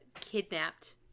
kidnapped